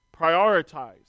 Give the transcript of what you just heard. prioritize